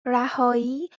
رهایی